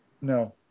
No